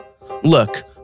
Look